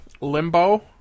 limbo